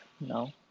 No